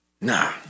Nah